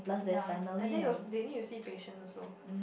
ya I think also they need to see patient also